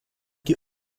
die